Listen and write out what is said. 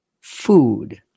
food